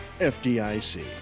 FDIC